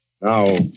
Now